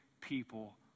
people